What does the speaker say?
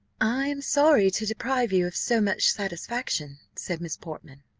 i am sorry to deprive you of so much satisfaction, said miss portman,